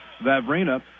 Vavrina